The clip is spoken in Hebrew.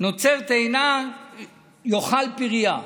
"נוצר תאנה יאכל פריה".